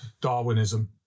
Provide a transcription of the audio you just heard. Darwinism